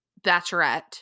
Bachelorette –